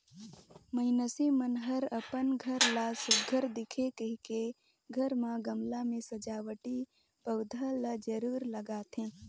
मइनसे मन हर अपन घर ला सुग्घर दिखे कहिके घर म गमला में सजावटी पउधा ल जरूर लगाथे